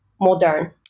modern